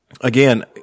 again